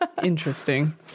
interesting